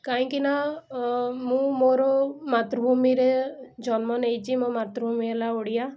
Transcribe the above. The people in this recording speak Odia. କାଇଁକି ନା ମୁଁ ମୋର ମାତୃଭୂମିରେ ଜନ୍ମ ନେଇଛି ମୋ ମାତୃଭୂମି ହେଲା ଓଡ଼ିଆ